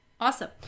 Awesome